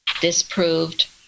disproved